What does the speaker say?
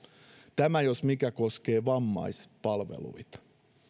tämä jos mikä koskee vammaispalveluita